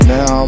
Now